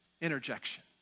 interjection